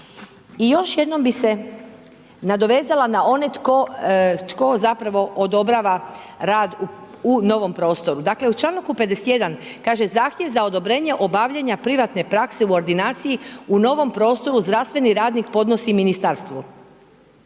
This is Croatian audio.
I još jednom bih se nadovezala na one tko zapravo odobrava rad u novom prostoru. Dakle, u članku 51. kaže: „Zahtjev za odobrenje obavljanja privatne prakse u ordinaciji u novom prostoru zdravstveni radnik podnosi ministarstvu.